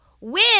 win